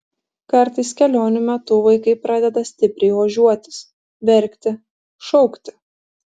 kartais kelionių metu vaikai pradeda stipriai ožiuotis verkti šaukti